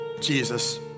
Jesus